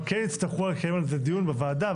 אבל כן יצטרכו לקיים על זה דיון בוועדה.